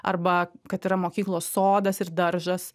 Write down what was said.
arba kad yra mokyklos sodas ir daržas